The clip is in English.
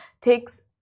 takes